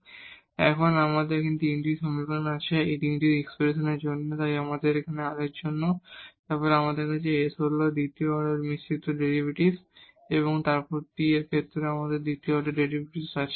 সুতরাং আমাদের এখন তিনটি সমীকরণ আছে এটি তিনটি এক্সপ্রেশনের জন্য তাই এখানে r এর জন্য এবং তারপর আমাদের কাছে s হল দ্বিতীয় অর্ডার মিশ্রিত ডেরিভেটিভ এবং তারপর t এর ক্ষেত্রে আমাদের দ্বিতীয় অর্ডার ডেরিভেটিভ আছে